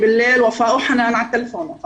וופא וחנאן בטלפון בלילה,